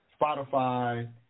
Spotify